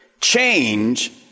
Change